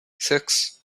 six